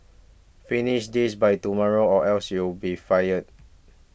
finish this by tomorrow or else you'll be fired